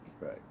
Right